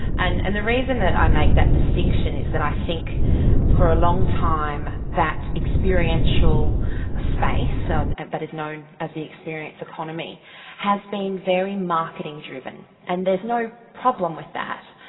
and and the reason that i make that distinction, is that i think for a long time, that experiential space so that is known as the experience economy has been very marketing driven. and there's no problem with that,